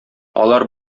алар